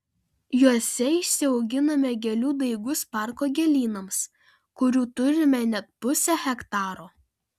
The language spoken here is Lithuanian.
juose išsiauginame gėlių daigus parko gėlynams kurių turime net pusę hektaro